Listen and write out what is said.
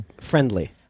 friendly